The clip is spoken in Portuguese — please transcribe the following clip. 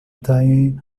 têm